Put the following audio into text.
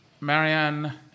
marianne